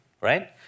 right